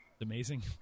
Amazing